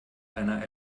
einer